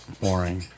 boring